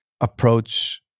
approach